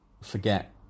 forget